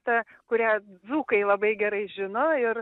ta kurią dzūkai labai gerai žino ir